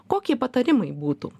kokie patarimai būtų